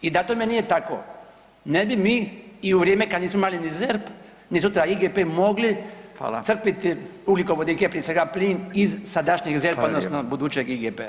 I da tome nije tako, ne bi mi i u vrijeme kad nismo imali ni ZERP ni sutra IGP mogli [[Upadica: Hvala.]] crpiti ugljikovodike, prije svega plin, iz sadašnjeg ZERP-a odnosno [[Upadica: Hvala lijepo.]] budućeg IGP-a.